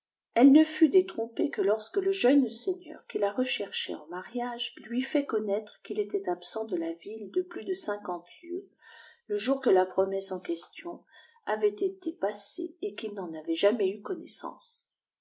elle ne fut détrompée que lorsque le jeune seigneur qui la recherchait en mariage lui eut fait connaître qu'il était absent de la ville de plus de cinquante lieues le jour que la promesse en question avait été passé et qnul iten avait jamaid eu connahdaihte